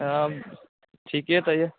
ठीके कहिऔ